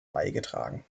beigetragen